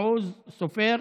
אבי מעוז ואופיר סופר.